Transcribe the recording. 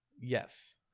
Yes